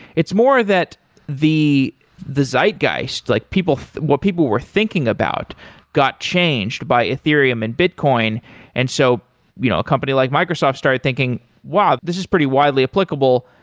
it's more that the the zeitgeist, like what people were thinking about got changed by ethereum and bitcoin and so you know a company like microsoft started thinking, wow, this is pretty wildly applicable,